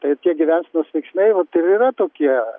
tai tie gyvensenos veiksniai vat ir yra tokie